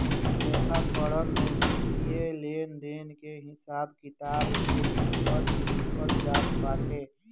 लेखाकरण में वित्तीय लेनदेन के हिसाब किताब के विधिवत लिखल जात बाटे